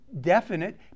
definite